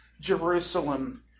Jerusalem